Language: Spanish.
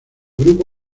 grupo